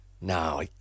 No